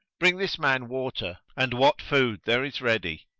bring this man water and what food there is ready.